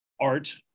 art